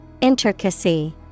Intricacy